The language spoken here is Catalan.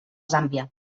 zàmbia